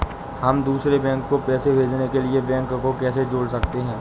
हम दूसरे बैंक को पैसे भेजने के लिए बैंक को कैसे जोड़ सकते हैं?